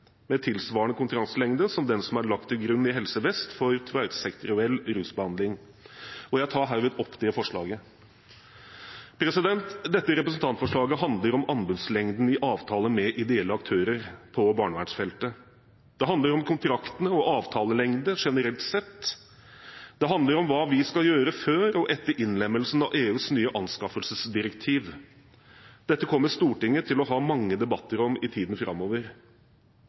med tilsvarende kontraktslengde som den som er lagt til grunn i Helse Vest for tverrsektoriell rusbehandling.» Jeg tar herved opp det forslaget. Dette representantforslaget handler om anbudslengden i avtale med ideelle aktører på barnevernsfeltet. Det handler om kontrakter og avtalelengde generelt sett. Det handler om hva vi skal gjøre før og etter innlemmelsen av EUs nye anskaffelsesdirektiv. Dette kommer Stortinget til å ha mange debatter om i tiden framover.